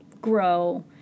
grow